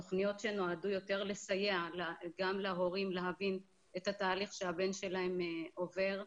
תוכניות שנועדו יותר לסייע גם להורים להבין את התהליך שהבן שלהם עובר,